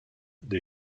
des